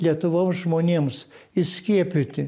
lietuvos žmonėms įskiepyti